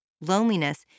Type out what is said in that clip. Loneliness